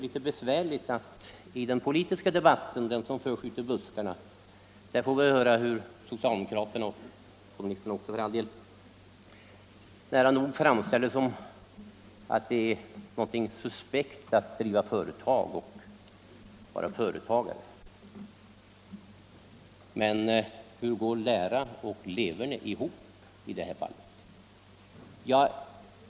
I den politiska debatten, den som förs ute i buskarna, framställer socialdemokraterna, och kommunisterna också för all del, det som något suspekt att driva företag och vara företagare. Är det därför detta känns lite besvärande? Hur går lära och leverne ihop?